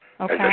Okay